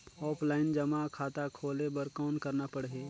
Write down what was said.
Offline जमा खाता खोले बर कौन करना पड़ही?